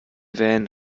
van